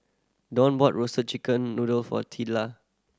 Donn bought Roasted Chicken Noodle for